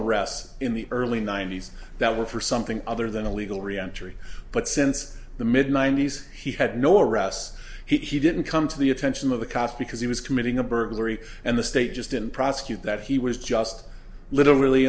arrests in the early ninety's that were for something other than a legal reactor but since the mid ninety's he had no arrests he didn't come to the attention of the cost because he was committing a burglary and the state just didn't prosecute that he was just little really